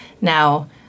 Now